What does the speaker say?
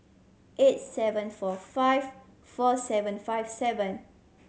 eight seven four five four seven five seven